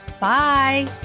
Bye